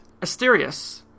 Asterius